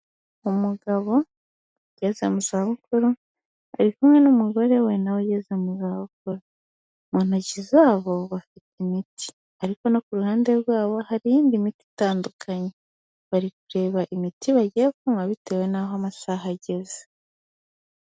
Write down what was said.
Umugabo ageze mu za bukuru ari kumwe n'umugore we nawe ageze mu za bukuru, mu ntoki zabo bafite imiti ariko no ku ruhande rwabo hari iyindi miti itandukanye, bari kureba imiti bagiye kunywa bitewe naho amasaha ageze.